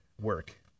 work